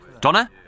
Donna